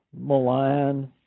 Milan